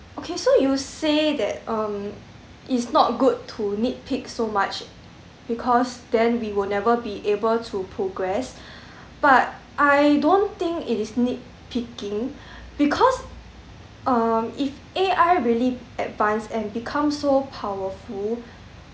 okay so you say that um it's not good to nit pick so much because then we will never be able to progress but I don't think it is nit picking because um if A_I really advance and become so powerful